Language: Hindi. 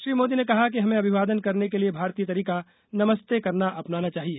श्री मोदी ने कहा कि हमें अभिवादन करने के लिए भारतीय तरीका नमस्ते करना अपनाना चाहिए